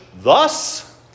thus